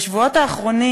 בשבועות האחרונים